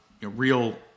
real